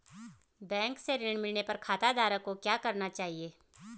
Bank से ऋण मिलने पर खाताधारक को क्या करना चाहिए?